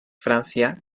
francia